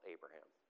Abraham